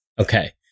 Okay